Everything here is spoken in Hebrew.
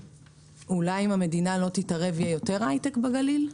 אולי אם המדינה לא תתערב יהיה יותר הייטק בגליל?